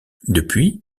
depuis